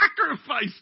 sacrifice